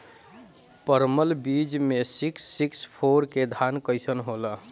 परमल बीज मे सिक्स सिक्स फोर के धान कईसन होला?